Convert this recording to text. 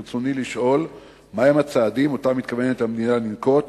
ברצוני לשאול: מה הם הצעדים שהמדינה מתכוונת לנקוט